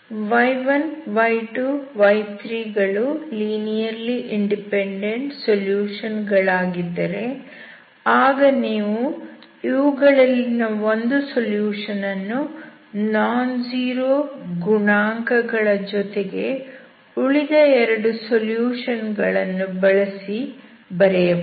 y1 y2 y3 ಗಳು linearly dependent solution ಗಳಾಗಿದ್ದರೆ ಆಗ ನೀವು ಇವುಗಳಲ್ಲಿನ ಒಂದು ಸೊಲ್ಯೂಷನ್ ಅನ್ನು ನಾನ್ ಝೀರೋ ಗುಣಾಂಕ ಗಳ ಜೊತೆಗೆ ಉಳಿದ 2 ಸೊಲ್ಯೂಷನ್ ಗಳನ್ನು ಬಳಸಿ ಬರೆಯಬಹುದು